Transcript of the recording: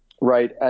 Right